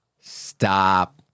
Stop